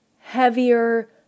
heavier